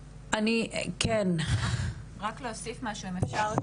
רק להוסיף משהו אם אפשר,